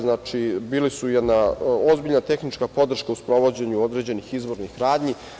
Znači, bili su jedna ozbiljna tehnička podrška u sprovođenju određenih izbornih radnji.